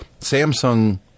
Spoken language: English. samsung